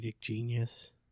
genius